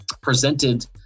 presented